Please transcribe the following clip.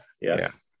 Yes